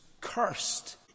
cursed